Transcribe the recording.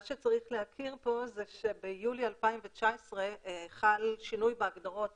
צריך להכיר פה שביולי 2019 חל שינוי בהגדרות